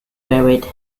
buried